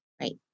right